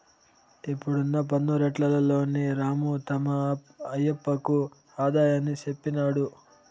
ఇప్పుడున్న పన్ను రేట్లలోని రాము తమ ఆయప్పకు ఆదాయాన్ని చెప్పినాడు